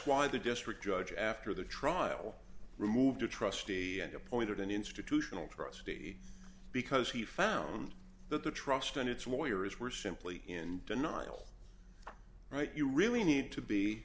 why the district judge after the trial removed a trustee and appointed an institutional trustee because he found that the trust and its warriors were simply in denial right you really need to be